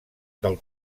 del